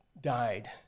died